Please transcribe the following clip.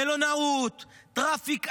מלונאות, טראפיק אדיר,